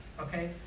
Okay